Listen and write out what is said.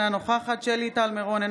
אינו נוכח שלי טל מירון,